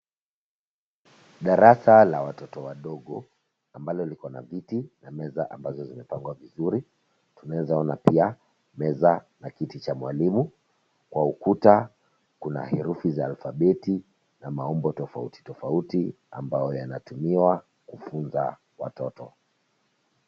Darasa la watoto wadogo ambalo likona viti na meza ambazo zimepangawa vizuri. Tunaweza ona pia meza na kiti cha mwalimu, kwa ukuta kuna herufi za alfabeti na maumbo tofauti tofauti ambayo yanatumiwa kufunza watoto.